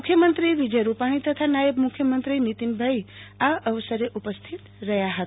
મુખ્યમંત્રી શ્રી વિજયભાઈ રૂપાણી તથા નાયબ મુખ્યમંત્રી શ્રી નિતિનભાઇ આ અવસરે ઉપસ્થિત રહ્યા હતા